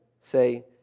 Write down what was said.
say